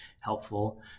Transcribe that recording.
helpful